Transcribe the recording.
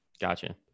gotcha